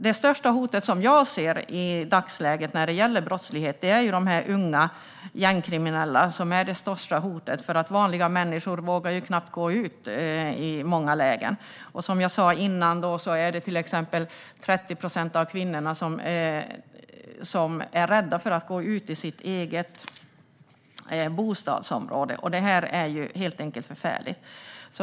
Det största hot jag ser när det gäller brottslighet i dagsläget är de unga gängkriminella. De är det största hotet. Vanliga människor vågar knappt gå ut i många lägen. Som jag sa förut är 30 procent av kvinnorna rädda för att gå ut i sitt eget bostadsområde. Detta är helt enkelt förfärligt.